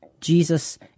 Jesus